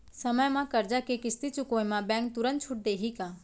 समय म करजा के किस्ती चुकोय म बैंक तुरंत छूट देहि का?